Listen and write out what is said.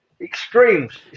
extremes